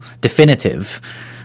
definitive